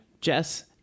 jess